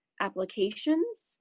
applications